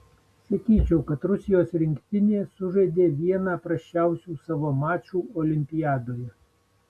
sakyčiau kad rusijos rinktinė sužaidė vieną prasčiausių savo mačų olimpiadoje